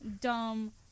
dumb